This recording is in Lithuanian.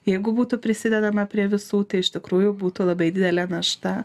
jeigu būtų prisidedama prie visų tai iš tikrųjų būtų labai didelė našta